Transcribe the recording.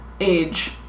age